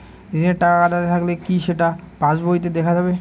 ঋণের টাকা কাটতে থাকলে কি সেটা পাসবইতে দেখা যাবে?